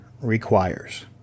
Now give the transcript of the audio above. requires